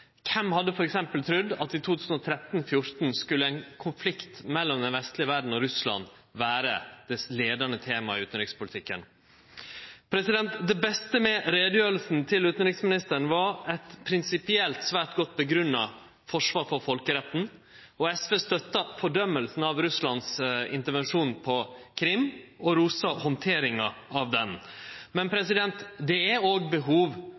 Kven hadde f.eks. trudd at i 2013–2014 skulle ein konflikt mellom den vestlege verda og Russland vere det leiande temaet i utanrikspolitikken? Det beste med utgreiinga til utanriksministeren var eit prinsipielt svært godt grunngjeve forsvar for folkeretten, og SV støttar fordømminga av Russlands intervensjon på Krim og rosar handteringa av han. Men det er òg behov